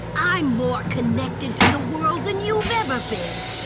i'm more connected to the world than you've ever been.